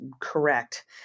correct